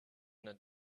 not